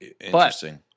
Interesting